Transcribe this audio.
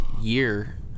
year